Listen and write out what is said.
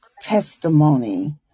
testimony